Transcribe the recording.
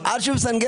סופר.